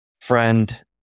friend